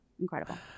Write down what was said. Incredible